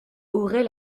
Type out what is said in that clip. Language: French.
aurait